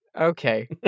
Okay